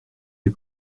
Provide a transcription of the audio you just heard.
les